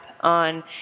on